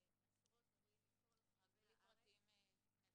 מעשרות הורים מכל רחבי הארץ -- רק בלי פרטים מזהים.